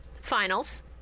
finals